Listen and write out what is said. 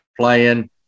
Playing